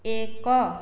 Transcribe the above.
ଏକ